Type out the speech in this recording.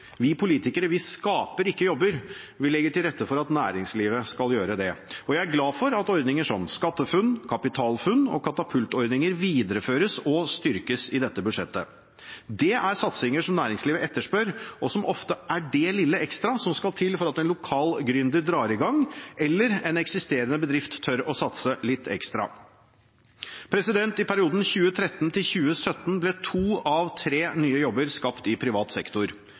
Vi politikere skaper ikke jobber, vi legger til rette for at næringslivet skal gjøre det. Jeg er glad for at ordninger som SkatteFUNN, KapitalFUNN og katapultordninger videreføres og styrkes i dette budsjettet. Det er satsinger som næringslivet etterspør, og som ofte er det lille ekstra som skal til for at en lokal gründer drar i gang, eller en eksisterende bedrift tør å satse litt ekstra. I perioden 2013–2017 ble to av tre nye jobber skapt i privat sektor.